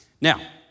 Now